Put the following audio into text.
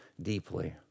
deeply